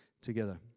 together